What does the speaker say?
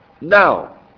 now